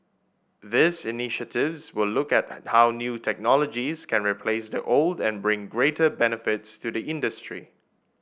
these initiatives will look at how new technologies can replace the old and bring greater benefits to the industry